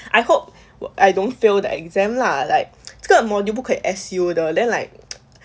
I hope will I don't fail the exam lah like 这个 module 不可以 S_U 的 then like